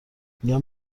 میگم